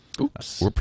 Oops